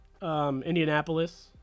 Indianapolis